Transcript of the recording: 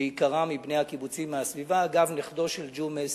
שעיקרם מבני הקיבוצים בסביבה, ואגב, נכדו של ג'ומס